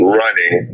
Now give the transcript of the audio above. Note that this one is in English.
running